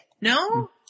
No